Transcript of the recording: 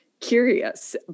curious